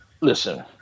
Listen